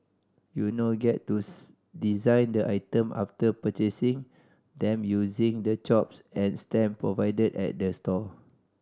you now get to design the item after purchasing them using the chops and stamp provided at the store